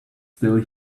still